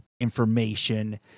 information